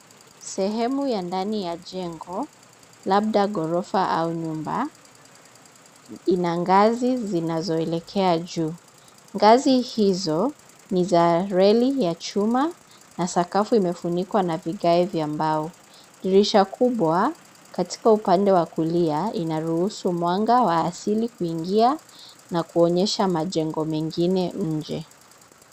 Sehemu ya ndani ya jengo labda ghorofa au nyumba, lina gazi zinazoelekea juu. Gazi hizo ni za reli ya chuma na sakafu imefunikwa na vigae. Dirisha kubwa katika upande wa kulia inaruhusu mwanga wa asili kuingia na kuonyesha majengo mengine nje.